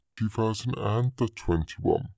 2021